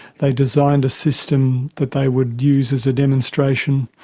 they designed a system that they would use as a demonstration,